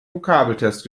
vokabeltest